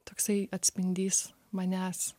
toksai atspindys manęs